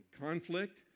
conflict